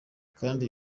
kandi